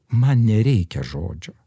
man nereikia žodžio